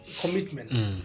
Commitment